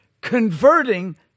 converting